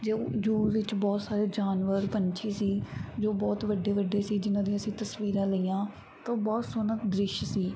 ਜੋ ਜ਼ੂ ਵਿੱਚ ਬਹੁਤ ਸਾਰੇ ਜਾਨਵਰ ਪੰਛੀ ਸੀ ਜੋ ਬਹੁਤ ਵੱਡੇ ਵੱਡੇ ਸੀ ਜਿਹਨਾਂ ਦੀਆਂ ਅਸੀਂ ਤਸਵੀਰਾਂ ਲਈਆਂ ਤਾਂ ਉਹ ਬਹੁਤ ਸੋਹਣਾ ਦ੍ਰਿਸ਼ ਸੀ